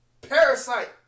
parasite